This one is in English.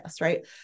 right